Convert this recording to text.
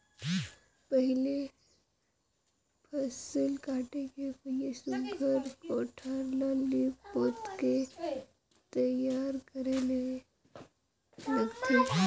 पहिले फसिल काटे के पहिले सुग्घर कोठार ल लीप पोत के तइयार करे ले लागथे